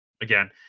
again